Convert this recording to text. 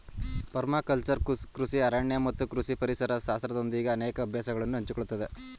permaculture ಕೃಷಿ ಅರಣ್ಯ ಮತ್ತು ಕೃಷಿ ಪರಿಸರ ಶಾಸ್ತ್ರದೊಂದಿಗೆ ಅನೇಕ ಅಭ್ಯಾಸಗಳನ್ನು ಹಂಚಿಕೊಳ್ಳುತ್ತದೆ